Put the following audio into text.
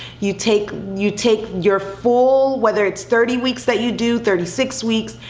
you take you take your full, whether it's thirty weeks that you do, thirty six weeks,